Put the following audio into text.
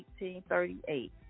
1838